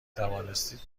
توانستید